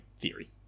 theory